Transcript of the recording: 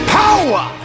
power